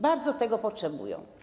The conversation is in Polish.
Bardzo tego potrzebują.